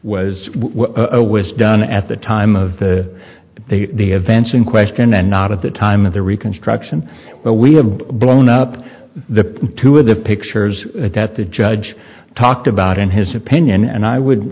done at the time of the events in question and not at the time of the reconstruction but we have blown up the two of the pictures that the judge talked about in his opinion and i would